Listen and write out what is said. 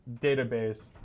database